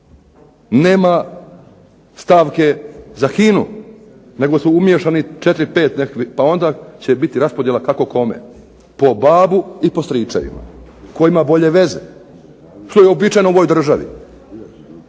Nema stavke za HINA-u nego su umiješani četiri, pet nekakvih pa onda će biti raspodjela kako kome, po babu i po stričevima, tko ima bolje veze što je uobičajeno u ovoj državi.